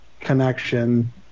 connection